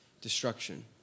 destruction